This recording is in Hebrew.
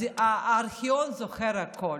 אז הארכיון זוכר הכול.